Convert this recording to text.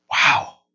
wow